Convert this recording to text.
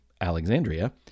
Alexandria